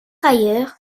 ailleurs